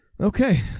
Okay